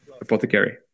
apothecary